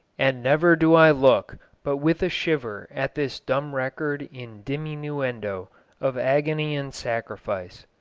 and never do i look but with a shiver at this dumb record in diminuendo of agony and sacrifice.